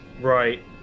Right